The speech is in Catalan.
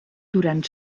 durant